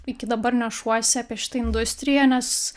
iki dabar nešuosi apie šitą industriją nes